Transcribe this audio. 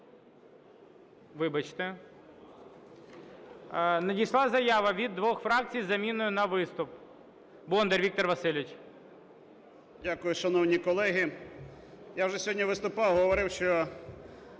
Вибачте. Надійшла заява від двох фракцій із заміною на виступ. Бондар Віктор Васильович. 11:29:58 БОНДАР В.В. Дякую. Шановні колеги, я вже сьогодні виступав, говорив, що